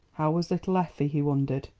how was little effie, he wondered?